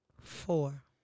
Four